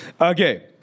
Okay